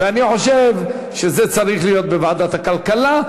ואני חושב שזה צריך להיות בוועדת הכלכלה,